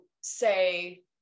say